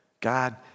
God